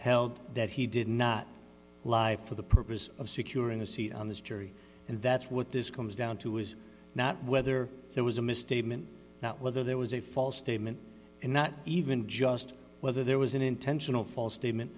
held that he did not live for the purpose of securing a seat on this jury and that's what this comes down to was not whether there was a misstatement not whether there was a false statement and not even just whether there was an intentional false statement